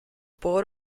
board